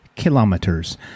Kilometers